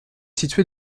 situé